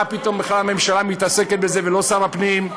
מה פתאום בכלל הממשלה מתעסקת בזה ולא שר הפנים.